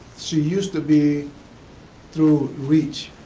she used to be through reach.